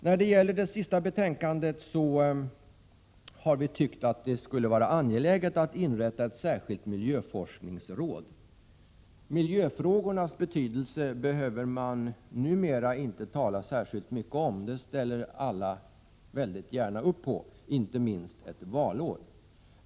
När det gäller utbildningsutskottets betänkande 29 har vi ansett att det skulle vara angeläget att inrätta ett särskilt miljöforskningsråd. Miljöfrågornas betydelse behöver man numera inte tala mycket om — alla ställer gärna upp på miljöns betydelse, inte minst ett valår.